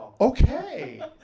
okay